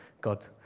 God